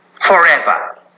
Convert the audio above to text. forever